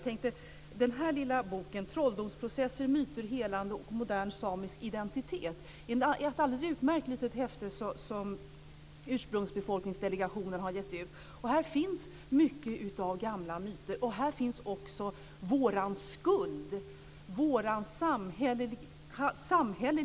Trolldomsprocesser, myter, helande och modern samisk identitet är ett alldeles utmärkt litet häfte som Ursprungsbefolkningsdelegationen har gett ut. Här finns många gamla myter, och här finns också vår samhälleliga skuld.